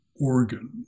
organ